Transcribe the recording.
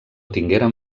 tingueren